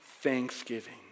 thanksgiving